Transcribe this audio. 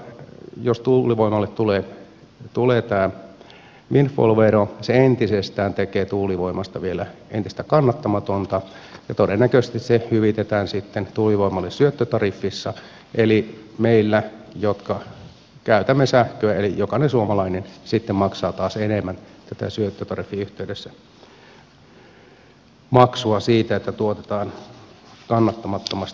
jos tuulivoimalle tulee tämä windfall vero se tekee tuulivoimasta vielä entistä kannattamattomampaa ja todennäköisesti se hyvitetään sitten tuulivoimalle syöttötariffissa eli meillä jotka käytämme sähköä eli jokainen suomalainen sitten maksaa taas enemmän syöttötariffin yhteydessä maksua siitä että tuotetaan kannattamattomasti sähköä